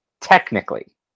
technically